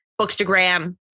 bookstagram